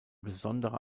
besonderer